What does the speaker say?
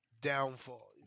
downfall